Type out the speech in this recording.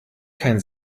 kein